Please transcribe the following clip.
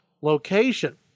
location